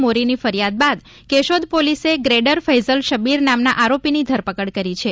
મોરી ની ફરિયાદ બાદ કેશોદ પોલીસે ગ્રેડર ફેઝલ શબ્બીર નામના આરોપીની ધરપકડ કરી છે